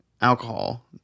alcohol